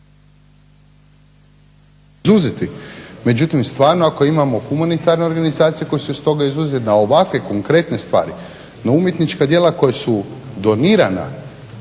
uključio./… Međutim, stvarno ako imamo humanitarne organizacije koje su iz toga izuzete na ovakve konkretne stvari, na umjetnička djela koja su donirana